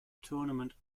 tournament